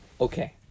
Okay